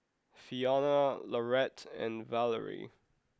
Fiona Laurette and Valerie